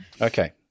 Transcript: Okay